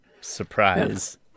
surprise